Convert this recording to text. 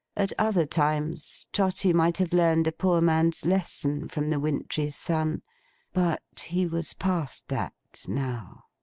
at other times, trotty might have learned a poor man's lesson from the wintry sun but, he was past that, now.